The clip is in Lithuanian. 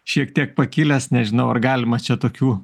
šiek tiek pakilęs nežinau ar galima čia tokių